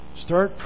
Start